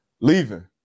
leaving